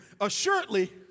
Assuredly